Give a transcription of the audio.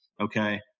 Okay